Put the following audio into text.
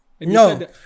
No